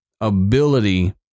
ability